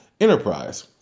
enterprise